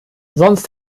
sonst